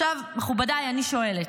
עכשיו, מכובדיי, אני שואלת,